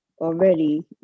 already